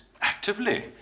Actively